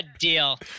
deal